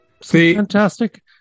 Fantastic